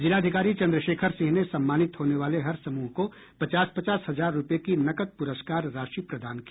जिलाधिकारी चंद्रशेखर सिंह ने सम्मानित होने वाले हर समूह को पचास पचास हजार रूपये की नकद पुरस्कार राशि प्रदान की